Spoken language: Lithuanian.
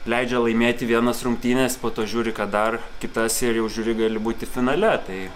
leidžia laimėti vienas rungtynes po to žiūri kad dar kitas ir jau žiūri gali būti finale tai